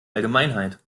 allgemeinheit